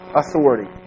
authority